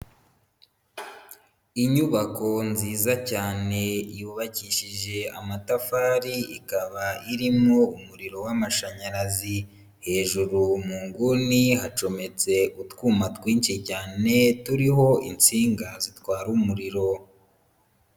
Inyubako nziza cyane yubakishije amatafari, ikaba irimo umuriro w'amashanyarazi, hejuru mu nguni hacometse utwuma twinshi cyane, turiho insinga zitwara umuriro.